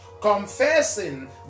confessing